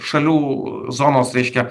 šalių zonos reiškia